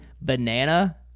banana